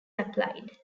applied